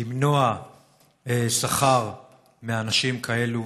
למנוע שכר מאנשים כאלו,